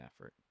effort